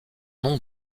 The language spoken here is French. nom